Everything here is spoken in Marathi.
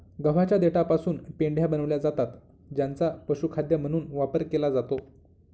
गव्हाच्या देठापासून पेंढ्या बनविल्या जातात ज्यांचा पशुखाद्य म्हणून वापर केला जातो